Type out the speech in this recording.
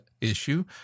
issue